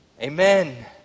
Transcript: Amen